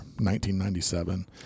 1997